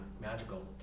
magical